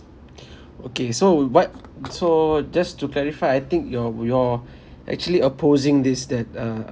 okay so what so just to clarify I think you're you're actually opposing this that uh